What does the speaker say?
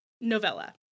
novella